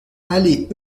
allée